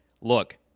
look